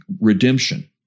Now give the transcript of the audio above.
redemption